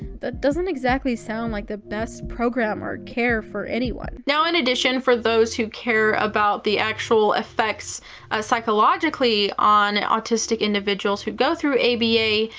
that doesn't exactly sound like the best program or care for anyone. now, in addition, for those who care about the actual effects psychologically on autistic individuals who go through aba,